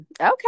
okay